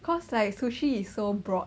cause like sushi is so broad